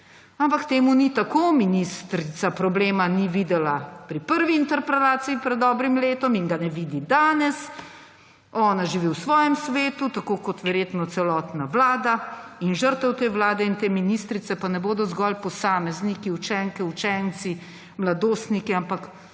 Ampak ni tako. Ministrica problema ni videla pri prvi interpelaciji pred dobrim letom in ga ne vidi danes. Ona živi v svojem svetu tako kot verjetno celotna vlada, žrtve te vlade in te ministrice pa ne bodo zgolj posamezniki učenke, učenci, mladostniki, ampak